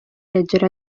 leggera